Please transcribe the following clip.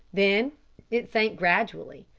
then it sank gradually,